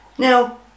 Now